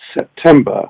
September